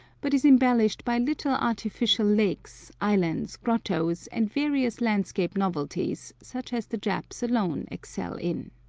but is embellished by little artificial lakes, islands, grottoes, and various landscape novelties such as the japs alone excel in.